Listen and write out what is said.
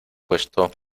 puesto